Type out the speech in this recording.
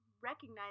recognize